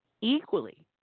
equally